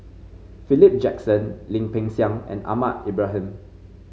Philip Jackson Lim Peng Siang and Ahmad Ibrahim